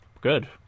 good